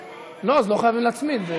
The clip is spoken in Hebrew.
לא, אז לא חייבים להצמיד.